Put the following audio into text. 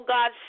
God